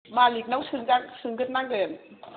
मालिखनाव सोंजागोन सोंगोरनांगोन